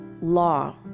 law